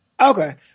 Okay